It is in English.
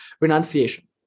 renunciation